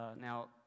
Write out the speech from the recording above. Now